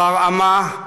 אחר עמה,